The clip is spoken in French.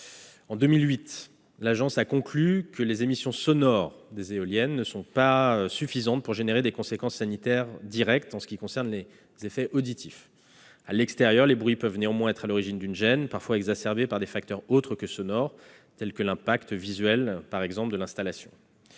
En 2008, l'Agence a conclu que les émissions sonores des éoliennes n'étaient pas suffisantes pour entraîner des conséquences sanitaires directes sur les capacités auditives. À l'extérieur, les bruits peuvent néanmoins être à l'origine d'une gêne, parfois exacerbée par des facteurs autres que sonores, tels que l'impact visuel de l'installation.